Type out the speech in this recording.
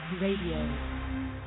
Radio